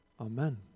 Amen